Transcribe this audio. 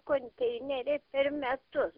konteinerį per metu